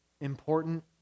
important